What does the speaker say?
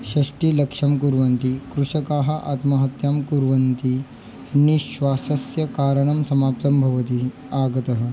षष्टिलक्षं कुर्वन्ति कृषकाः आत्महत्यां कुर्वन्ति हन्ये श्वासस्य कारणं समाप्तं भवति आगतः